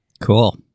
Cool